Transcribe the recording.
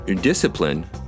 discipline